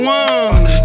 one